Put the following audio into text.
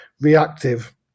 reactive